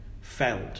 felt